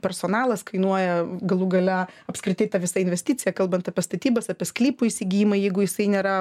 personalas kainuoja galų gale apskritai ta visa investicija kalbant apie statybas apie sklypų įsigijimą jeigu jisai nėra